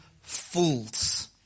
fools